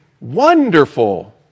wonderful